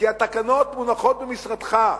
כי התקנות מונחות במשרדך.